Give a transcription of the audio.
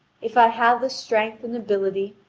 if i have the strength and ability,